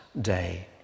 day